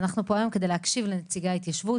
אנחנו פה היום כדי להקשיב לנציגי ההתיישבות,